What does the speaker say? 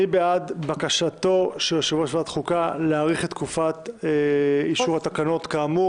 מי בעד בקשתו של יו"ר ועדת חוקה להאריך את תקופת אישור התקנות האמור,